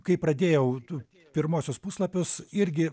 kai pradėjau ut pirmuosius puslapius irgi